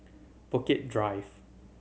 Bukit Drive